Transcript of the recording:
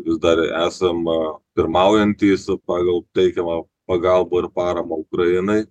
vis dar esam pirmaujantys pagal teikiamą pagalbą ir paramą ukrainai